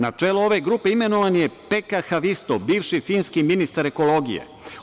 Na čelo ove grupe imenovan je Peka Havistov, bivši finski ministar ekologije.